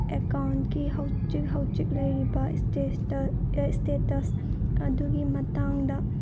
ꯑꯦꯛꯀꯥꯎꯟꯀꯤ ꯍꯧꯖꯤꯛ ꯍꯧꯖꯤꯛ ꯂꯩꯔꯤꯕ ꯏꯁꯇꯦꯇꯁ ꯑꯗꯨꯒꯤ ꯃꯇꯥꯡꯗ